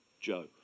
Joe